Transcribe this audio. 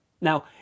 Now